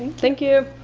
thank you!